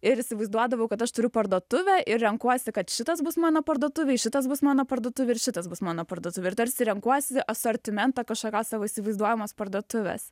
ir įsivaizduodavau kad aš turiu parduotuvę ir renkuosi kad šitas bus mano parduotuvėj šitas bus mano parduotuvėj ir šitas bus mano parduotuvėj ir tarsi renkuosi asortimentą kažkokios savo įsivaizduojamos parduotuvės